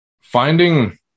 finding